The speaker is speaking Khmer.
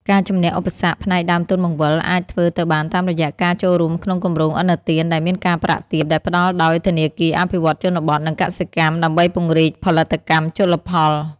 ការជម្នះឧបសគ្គផ្នែកដើមទុនបង្វិល អាចធ្វើទៅបានតាមរយៈការចូលរួមក្នុងគម្រោងឥណទានដែលមានការប្រាក់ទាបដែលផ្ដល់ដោយធនាគារអភិវឌ្ឍន៍ជនបទ និងកសិកម្ម ដើម្បីពង្រីកផលិតកម្មជលផល។